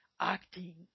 acting